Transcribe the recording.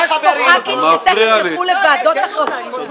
ויש פה ח"כים שתיכף ילכו לוועדות אחרים.